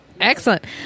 excellent